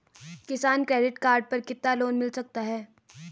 किसान credit card पर कितना लोंन मिल सकता है?